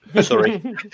Sorry